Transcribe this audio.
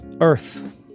Earth